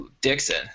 Dixon